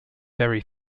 very